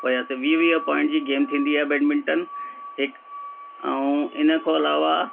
हुयासीं वीह वीह पॉइंट जी गेम थींदी आहे बैडमिंटन हिकु ऐं इन खां अलावा